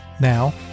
Now